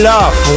Love